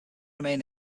remain